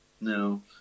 No